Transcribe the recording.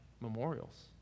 memorials